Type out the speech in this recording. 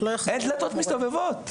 אין דלתות מסתובבות.